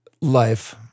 Life